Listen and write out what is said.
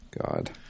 God